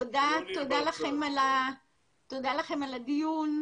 תודה לכם על הדיון,